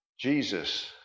Jesus